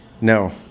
No